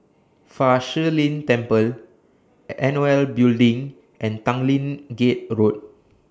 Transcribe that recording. Fa Shi Lin Temple N O L Building and Tanglin Gate Road